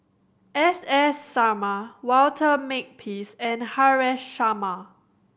S S Sarma Walter Makepeace and Haresh Sharma